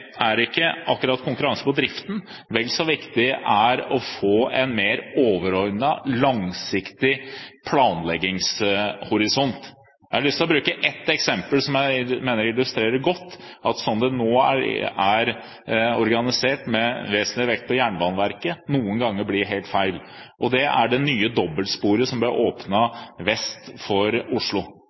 er ikke akkurat konkurranse når det gjelder driften, vel så viktig er det å få en mer overordnet, langsiktig planleggingshorisont. Jeg har lyst til å bruke ett eksempel som jeg mener illustrerer godt at slik som det nå er organisert, med vesentlig vekt på Jernbaneverket, blir det noen ganger helt feil. Eksempelet er det nye dobbeltsporet som ble åpnet vest for Oslo.